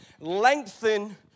Lengthen